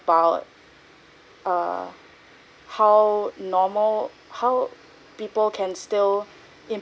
about err how normal how people can still